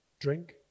drink